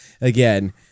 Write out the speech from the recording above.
again